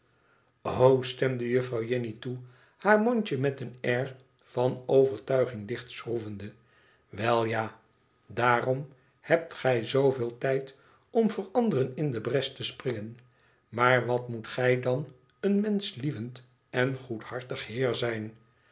stemde juffrouw jenny toe haar mondje met een air van overtuiging dicht schroevende wel jal drom hebt gij zooveel tijd om voor anderen in de bres te springen maar wat moet gij dan een menschlievend en goedhartig heer zijn